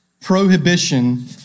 prohibition